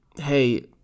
hey